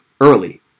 early